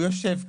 הוא יושב כאן,